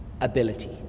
ability